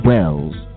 Wells